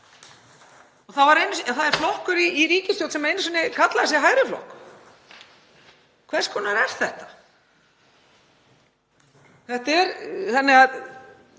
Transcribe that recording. og það er flokkur í ríkisstjórn sem einu sinni kallaði sig hægri flokk. Hvers konar er þetta eiginlega?